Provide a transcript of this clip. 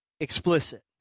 explicit